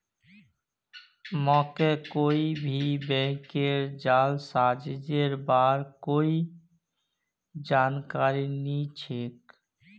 मोके कोई भी बैंकेर जालसाजीर बार कोई जानकारी नइ छेक